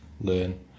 learn